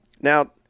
Now